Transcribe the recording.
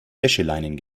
wäscheleinen